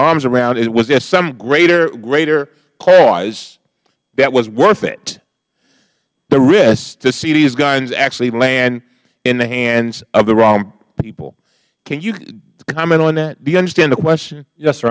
arms around it was there some greater greater cause that was worth it the risk to see these guns actually land in the hands of the wrong people can you comment on that do you understand the question